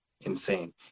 insane